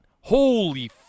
holy